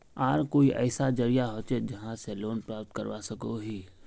आर कोई ऐसा जरिया होचे जहा से लोन प्राप्त करवा सकोहो ही?